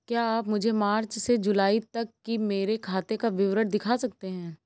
क्या आप मुझे मार्च से जूलाई तक की मेरे खाता का विवरण दिखा सकते हैं?